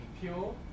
pure